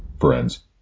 Friends